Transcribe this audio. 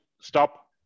stop